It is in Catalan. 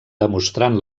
demostrant